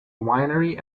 winery